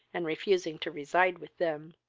and refusing to reside with them,